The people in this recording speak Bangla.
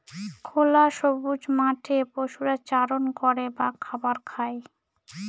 খোলা সবুজ মাঠে পশুরা চারণ করে বা খাবার খায়